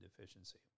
deficiency